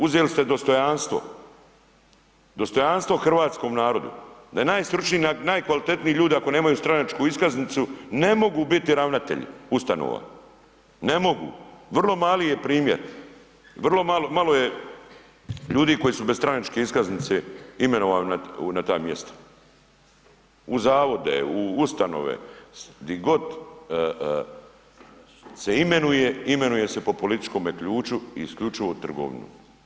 Uzeli ste dostojanstvo hrvatskom narodu da najstručnije, najkvalitetnije ljude ako nemaju stranačku iskaznicu ne mogu biti ravnatelji ustanova, ne mogu, vrlo mali je primjer, vrlo malo je ljudi koji su bez stranačke iskaznice imenovani na ta mjesta u zavode, u ustanove di god se imenuje, imenuje se po političkom ključu isključivo trgovinom.